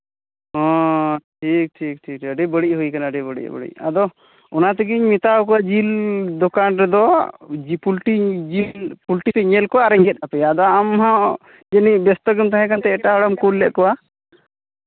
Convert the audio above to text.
ᱦᱚᱸ ᱴᱷᱤᱠ ᱴᱷᱤᱠ ᱟᱹᱰᱤ ᱵᱟᱹᱲᱤᱡ ᱦᱩᱭ ᱠᱟᱱᱟ ᱟᱹᱰᱤ ᱵᱟᱹᱲᱤᱡ ᱟᱹᱰᱤ ᱵᱟᱹᱲᱤᱡ ᱟᱫᱚ ᱚᱱᱟ ᱛᱮᱜᱤᱧ ᱢᱮᱛᱟᱣ ᱠᱚᱣᱟ ᱡᱤᱞ ᱫᱚᱠᱟᱱ ᱨᱮᱫᱚ ᱯᱳᱞᱴᱤ ᱡᱤᱞ ᱯᱚᱞᱴᱤᱯᱮ ᱧᱮᱞ ᱠᱚᱣᱟ ᱟᱨᱤᱧ ᱜᱮᱫ ᱟᱯᱮᱭᱟ ᱟᱫᱚ ᱟᱢ ᱦᱚᱸ ᱡᱟᱹᱱᱤᱡ ᱵᱮᱥᱛᱚ ᱜᱮᱢ ᱛᱟᱦᱮᱸ ᱠᱟᱱᱛᱮ ᱮᱴᱟᱜ ᱦᱚᱲᱮᱢ ᱠᱩᱞ ᱞᱮᱫ ᱠᱚᱣᱟ